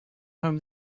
home